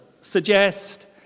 suggest